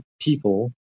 people